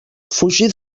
fugir